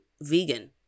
vegan